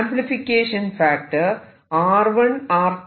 amplification factor R1R2